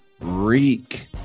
reek